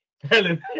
Helen